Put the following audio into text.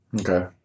Okay